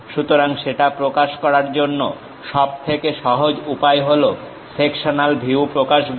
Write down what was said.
সুতরাং সেটা প্রকাশ করার জন্য সবথেকে সহজ উপায় হল সেকশনাল ভিউ প্রকাশভঙ্গি